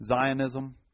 Zionism